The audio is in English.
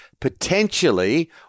potentially